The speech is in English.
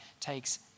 takes